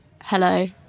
hello